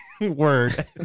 word